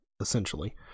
essentially